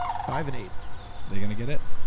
five and eight they're going to get it